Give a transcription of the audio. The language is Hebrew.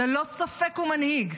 ללא ספק הוא מנהיג,